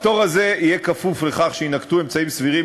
הפטור הזה יהיה כפוף לכך שיינקטו אמצעים סבירים